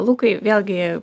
lukai vėlgi